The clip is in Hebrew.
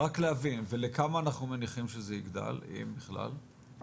להבין, ולכמה אנחנו מניחים שזה יגדל אם בכלל?